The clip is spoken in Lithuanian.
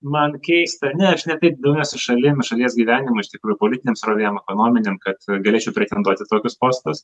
man keista ne aš ne taip domiuosi šalim šalies gyvenimu iš tikrųjų politinėm srovėm ekonominiam kad galėčiau pretenduot į tokius postus